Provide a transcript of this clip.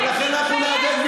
אין ולא יהיה,